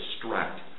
distract